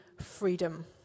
freedom